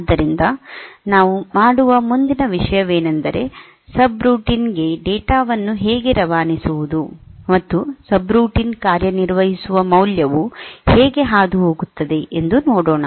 ಆದ್ದರಿಂದ ನಾವು ಮಾಡುವ ಮುಂದಿನ ವಿಷಯವೆಂದರೆ ಸಬ್ರುಟೀನ್ ಗೆ ಡೇಟಾವನ್ನು ಹೇಗೆ ರವಾನಿಸುವುದು ಮತ್ತು ಸಬ್ರೂಟೀನ್ ಕಾರ್ಯನಿರ್ವಹಿಸುವ ಮೌಲ್ಯವು ಹೇಗೆ ಹಾದುಹೋಗುತ್ತದೆ ಎಂದು ನೋಡೋಣ